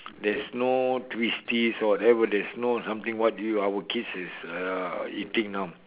there's no Twisties or whatever there's no something what you our kids is uh eating now